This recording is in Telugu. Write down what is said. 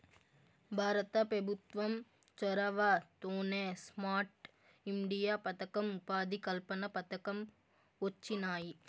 భారత పెభుత్వం చొరవతోనే స్మార్ట్ ఇండియా పదకం, ఉపాధి కల్పన పథకం వొచ్చినాయి